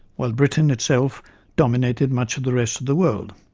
while britain itself dominated much of the rest of the world.